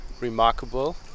remarkable